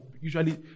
usually